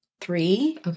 three